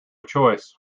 choice